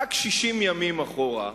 רק 60 ימים אחורה,